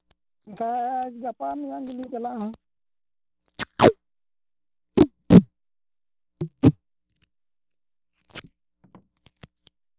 ᱚᱱᱠᱟ ᱜᱟᱯᱟ ᱢᱮᱭᱟᱝ ᱜᱮᱞᱤᱧ ᱪᱟᱞᱟᱜᱼᱟ ᱦᱟᱸᱜ